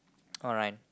alright